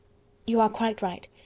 you are quite right.